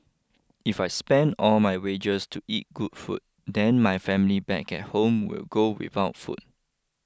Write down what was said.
if I spend all my wages to eat good food then my family back at home will go without food